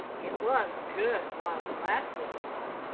it was good while it lasted, though,